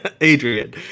Adrian